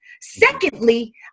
Secondly